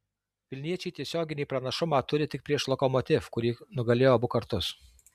vilniečiai tiesioginį pranašumą turi tik prieš lokomotiv kurį nugalėjo abu kartus